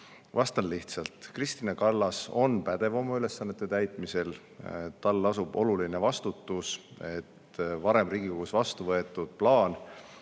Vastan lihtsalt. Kristina Kallas on pädev oma ülesannete täitmisel. Tal lasub oluline vastutus, et [ellu viia] varem Riigikogus vastu võetud plaan